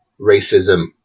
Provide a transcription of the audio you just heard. racism